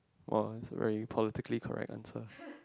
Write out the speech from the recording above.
!wah! that is a very politically correct answer